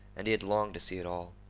and he had longed to see it all.